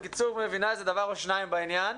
בקיצור מבינה איזה דבר או שניים בעניין,